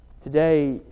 Today